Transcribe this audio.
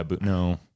No